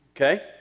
okay